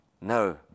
no